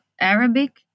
Arabic